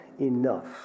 enough